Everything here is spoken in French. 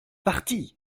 parti